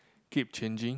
keep changing